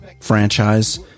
franchise